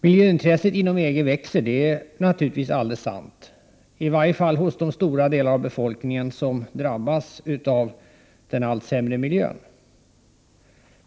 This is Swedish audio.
Miljöintresset inom EG växer — det är naturligtvis alldeles sant — i varje fall hos de stora delar av befolkningen som drabbas av den allt sämre miljön.